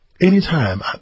anytime